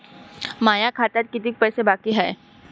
माया खात्यात कितीक पैसे बाकी हाय?